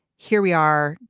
here we are.